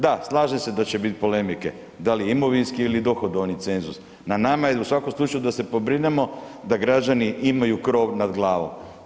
Da, slažem se da će biti polemike, da li imovinski ili dohodovni cenzus, na nama je u svakom slučaju da se pobrinemo da građani imaju krov nad glavom.